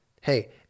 hey